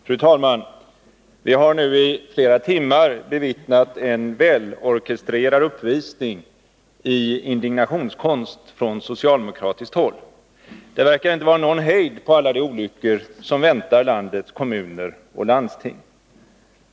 Fru talman! Vi har nu i flera timmar bevittnat en väl-orkestrerad uppvisning i indignationskonst från socialdemokratiskt håll. Det verkar inte vara någon hejd på alla de olyckor som väntar landets kommuner och landsting.